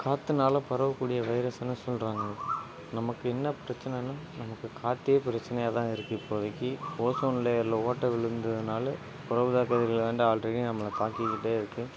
காற்றுனால பரவக்கூடிய வைரஸ்னு சொல்கிறாங்க நமக்கு என்ன பிரச்சனைனா நம்ம காற்றே பிரச்சனையா தான் இருக்குது இப்போதைக்கு ஓசோன் லேயரில் ஓட்டை விழுந்ததுனால் புறஊதா கதிர்கள் தான் ஆல்ரெடி நம்ம தாக்கிக்கிட்டே இருக்குது